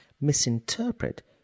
misinterpret